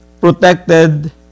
protected